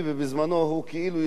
הוא כאילו יושב על "חַזוּק".